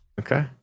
Okay